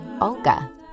olga